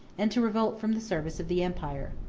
and to revolt from the service of the empire.